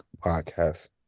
podcast